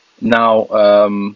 Now